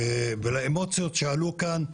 ולאמוציות שעלו כאן.